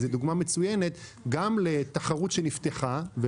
זאת דוגמה מצוינת גם לתחרות שנפתחה,